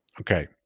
Okay